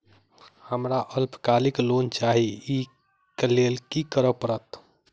हमरा अल्पकालिक लोन चाहि अई केँ लेल की करऽ पड़त?